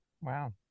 Wow